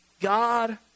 God